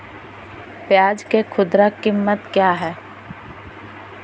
प्याज के खुदरा कीमत क्या है?